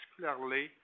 particularly